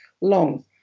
long